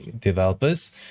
developers